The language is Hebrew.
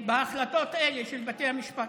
בהחלטות האלה של בתי המשפט.